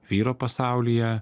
vyro pasaulyje